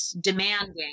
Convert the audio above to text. demanding